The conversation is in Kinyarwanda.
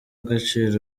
agaciro